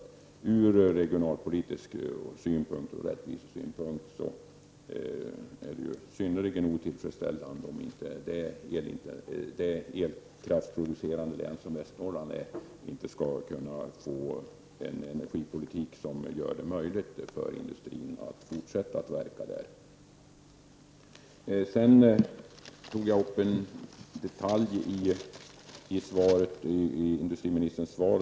Såväl ur regionalpolitisk synpunkt som ur rättvisesynpunkt skulle det vara synnerligen otillfredsställande om ett elkraftproducerande län som Västernorrlands län inte skulle kunna få en energipolitik som gör det möjligt för industrin att fortsätta att verka i länet. Vidare har jag tagit fasta på en annan detalj i industriministerns svar.